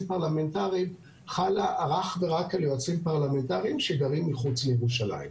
פרלמנטריים חלה אך ורק על יועצים פרלמנטריים שגרים מחוץ לירושלים.